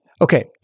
Okay